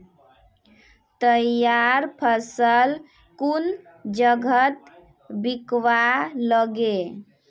तैयार फसल कुन जगहत बिकवा लगे?